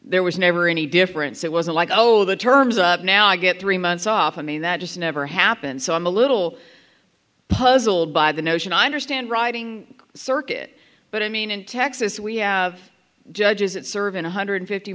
there was never any difference it wasn't like oh the terms now i get three months off i mean that just never happened so i'm a little puzzled by the notion i understand riding circuit but i mean in texas we have judges that serve in one hundred fifty